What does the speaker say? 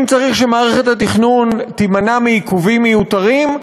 אם צריך שמערכת התכנון תימנע מעיכובים מיותרים,